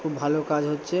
খুব ভালো কাজ হচ্ছে